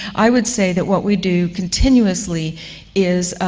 i would say that what we do continuously is